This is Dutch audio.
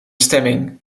stemming